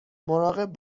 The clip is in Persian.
مراقب